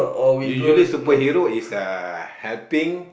usually superhero is uh helping